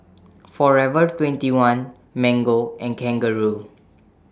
Forever twenty one Mango and Kangaroo